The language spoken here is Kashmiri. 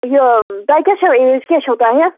یہِ تۄہہِ کیٛاہ چھَو ایج کیٛاہ چھَو تۄہہِ